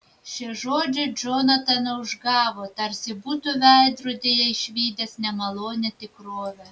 šie žodžiai džonataną užgavo tarsi būtų veidrodyje išvydęs nemalonią tikrovę